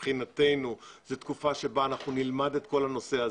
מבחינתנו זו תקופה שבה אנחנו נלמד את כל הנושא.